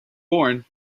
born